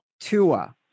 Tua